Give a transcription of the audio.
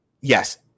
Yes